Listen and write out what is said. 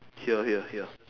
here here here